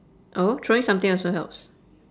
oh throwing something also helps